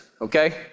Okay